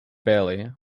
bailey